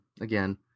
again